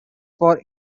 for